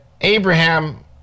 Abraham